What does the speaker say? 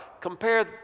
Compare